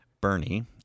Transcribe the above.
Bernie